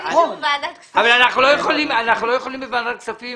אבל אנחנו לא יכולים בוועדת כספים,